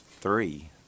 three